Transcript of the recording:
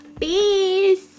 Peace